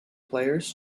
players